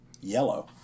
yellow